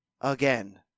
again